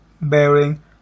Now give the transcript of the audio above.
bearing